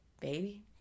baby